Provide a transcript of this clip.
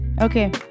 Okay